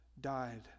died